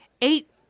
Eight